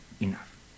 enough